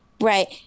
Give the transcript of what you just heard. right